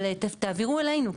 תעבירו אלינו,